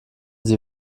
sie